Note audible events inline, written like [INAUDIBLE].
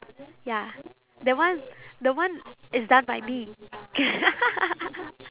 ya that one the one is done by me [LAUGHS]